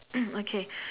okay